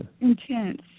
intense